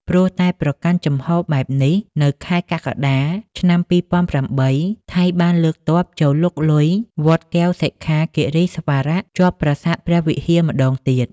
ព្រោះតែប្រកាន់ជំហបែបនេះ នៅខែកក្កដា ឆ្នាំ២០០៨ ថៃបានលើកទ័ពចូលលុកលុយវត្តកែវសិក្ខាគិរីស្វារៈ ជាប់ប្រាសាទព្រះវិហារម្ដងទៀត។